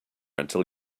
until